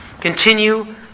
Continue